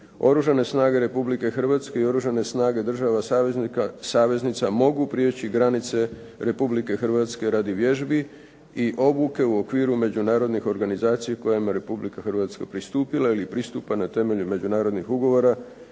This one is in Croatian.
"Oružane snage Republike Hrvatske i oružane snage država saveznica mogu prijeći granice Republike Hrvatske radi vježbi i obuke u okviru međunarodnih organizacija kojima je Republika Hrvatska pristupila ili pristupa na temelju međunarodnih ugovora